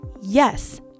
yes